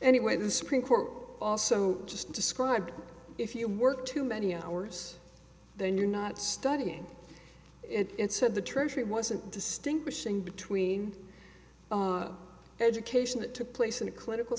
anyway the supreme court also just described if you work too many hours then you're not studying it said the treasury wasn't distinguishing between education that took place in a clinical